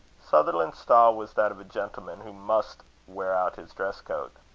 sutherland's style was that of a gentleman who must wear out his dress-coat.